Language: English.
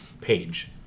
page